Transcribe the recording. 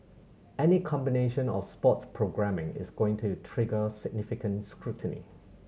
any combination of sports programming is going to trigger significant scrutiny